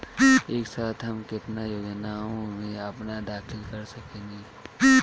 एक साथ हम केतना योजनाओ में अपना दाखिला कर सकेनी?